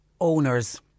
owners